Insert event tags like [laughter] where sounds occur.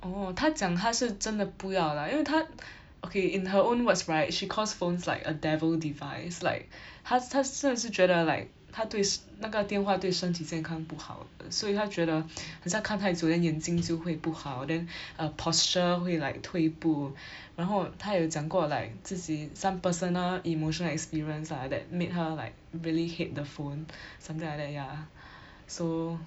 orh 她讲她是真的不要啦因为她 [breath] okay in her own words right she calls phones like a devil device like [breath] 她她就是觉得 like 她对 s~ 那个电话对身体健康不好所以她觉得 [breath] 很像看太久 then 眼睛就会不好 then [breath] err posture 会 like 退步 [breath] 然后她有讲过 like 自己 some personal emotional experience lah that made her like really hate the phone [breath] something like that ya [breath] so